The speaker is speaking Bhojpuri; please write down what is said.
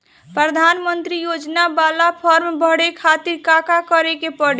प्रधानमंत्री योजना बाला फर्म बड़े खाति का का करे के पड़ी?